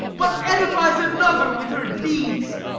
but edifies another with her deeds.